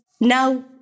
now